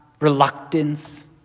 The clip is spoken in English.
reluctance